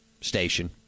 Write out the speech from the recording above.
station